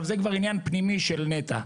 זה כבר עניין פנימי של נת"ע,